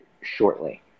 shortly